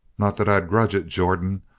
not that i grudge it, jordan.